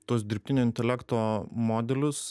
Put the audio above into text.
tuos dirbtinio intelekto modelius